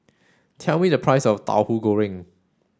tell me the price of Tahu Goreng